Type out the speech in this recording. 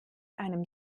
einem